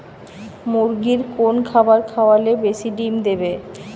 মুরগির কোন খাবার খাওয়ালে বেশি ডিম দেবে?